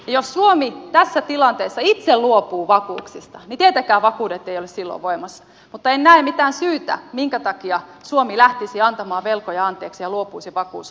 ja jos suomi tässä tilanteessa itse luopuu vakuuksista niin tietenkään vakuudet eivät ole silloin voimassa mutta en näe mitään syytä minkä takia suomi lähtisi antamaan velkoja anteeksi ja luopuisi vakuussopimuksista